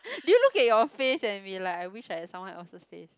do you look at your face and be like I wished I had someone else's face